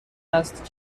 است